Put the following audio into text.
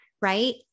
right